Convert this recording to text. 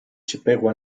chippewa